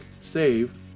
save